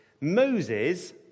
Moses